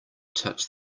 touch